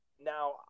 Now